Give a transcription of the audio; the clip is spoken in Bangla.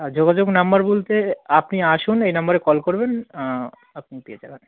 আর যোগাযোগ নাম্বার বলতে আপনি আসুন এই নাম্বারে কল করবেন আপনি পেয়ে যাবেন